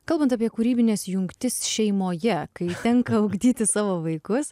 kalbant apie kūrybines jungtis šeimoje kai tenka ugdyti savo vaikus